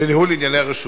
לניהול ענייני הרשות.